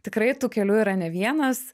tikrai tų kelių yra ne vienas